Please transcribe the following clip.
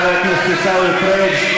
חבר הכנסת עיסאווי פריג',